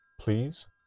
please